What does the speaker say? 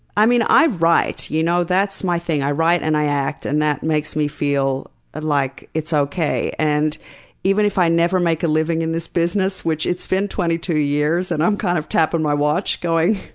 i mean, i write. you know that's my thing. i write and i act, and that makes me feel like it's okay. and even if i never make a living in this business, which it's been twenty two years and i'm kind of tapping my watch going,